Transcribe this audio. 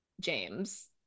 james